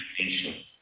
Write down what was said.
nation